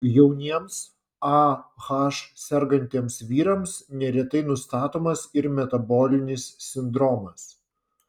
jauniems ah sergantiems vyrams neretai nustatomas ir metabolinis sindromas